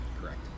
Correct